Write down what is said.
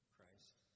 Christ